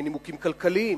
מנימוקים כלכליים.